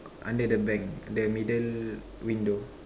under the bank the middle window